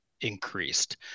increased